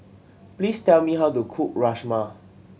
please tell me how to cook Rajma